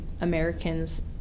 Americans